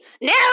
no